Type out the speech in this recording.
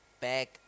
back